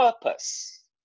purpose